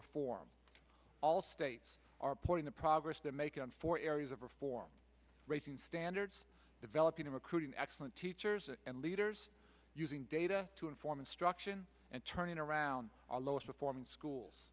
reform all states are putting the progress they're making for areas of reform raising standards developing in recruiting excellent teachers and leaders using data to inform instruction and turning around our lowest performing schools